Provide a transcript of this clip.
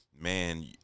Man